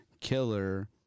killer